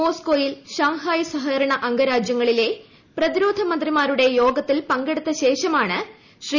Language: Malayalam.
മോസ്ക്കോയിൽ ഷാങ്ഹായ് സഹകരണ അംഗ രാജ്യങ്ങളിലെ പ്രതിരോധ മന്ത്രിമാരുടെ യോഗത്തിൽ പങ്കെടുത്ത ശേഷമാണ് ശ്രീ